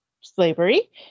slavery